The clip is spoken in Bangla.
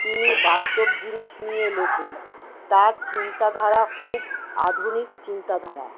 তিনি বাস্তব জিনিস নিয়ে লেখেন তার চিন্তাধারা খুব আধুনিক চিন্তাধারা